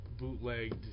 bootlegged